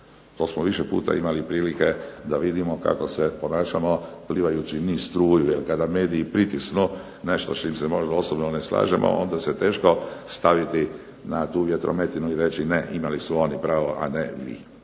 To smo više puta imali prilike da vidimo kako se ponašamo plivajući niz struju, jel kada mediji pritisnu nešto s čime se možda osobno ne slažemo, onda se teško staviti na tu vjetrometinu i reći ne, imali su oni pravo, a ne mi.